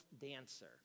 dancer